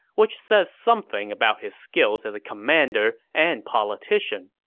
which says something about his skills as a commander and politician.